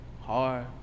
Hard